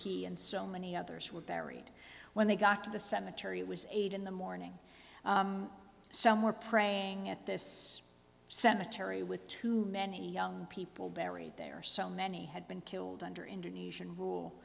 he and so many others were buried when they got to the cemetery it was eight in the morning some were praying at this cemetery with too many young people buried there so many had been killed under indonesian